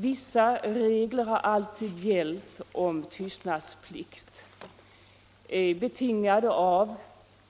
Vissa regler har alltid gällt om tystnadsplikt, betingade